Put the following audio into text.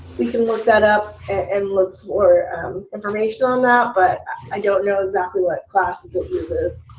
we can look that up and look for information on that. but i don't know exactly what classes it uses.